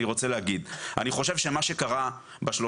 אני רוצה להגיד: אני חושב שמה שקרה בשלושה